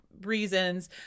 reasons